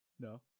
No